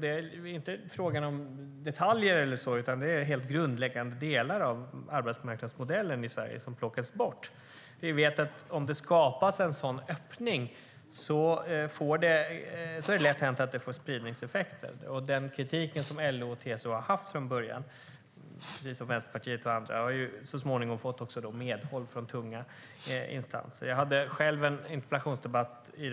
Det är inte fråga om detaljer, utan det är grundläggande delar i arbetsmarknadsmodellen i Sverige som plockas bort. Om det skapas en sådan öppning är det lätt hänt att det får spridningseffekter, och den kritik som LO och TCO har haft från början, precis som Vänsterpartiet och andra, har så småningom fått medhåll från tunga instanser. I februari hade jag en interpellationsdebatt i